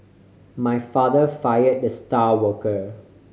my father fire the star worker